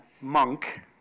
monk